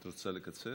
את רוצה לקצר?